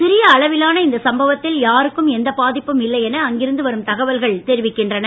சிறிய அளவிலான இந்த சம்பவத்தில் யாருக்கும் எந்த பாதிப்பும் இல்லை என அங்கிருந்து வரும் தகவல்கள் தெரிவிக்கின்றன